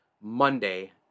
Monday